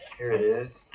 here it is.